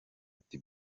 ati